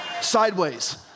Sideways